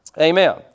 Amen